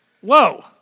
Whoa